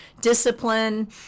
discipline